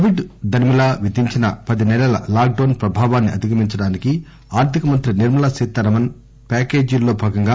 Covid దరిమిళా విధించిన పది సెలల లాక్ డౌన్ ప్రభావాన్ని అధిగమించడానికి ఆర్థికమంత్రి నిర్మలా సీతారామన్ ప్యాకేజీల్లో భాగంగా